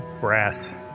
brass